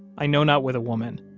i know not with a woman,